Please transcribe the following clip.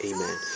Amen